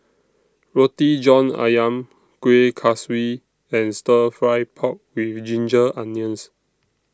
Roti John Ayam Kuih Kaswi and Stir Fry Pork with Ginger Onions